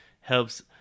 helps